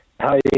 Hi